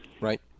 Right